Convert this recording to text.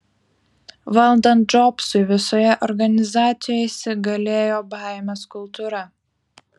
valdant džobsui visoje organizacijoje įsigalėjo baimės kultūra